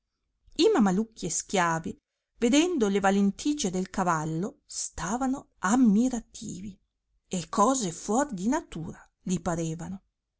i mamalucchi e schiavi vedendo le valentigie del cavallo stavano ammirativi e cose fuor di natura li parevano